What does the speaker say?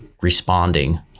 responding